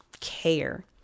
care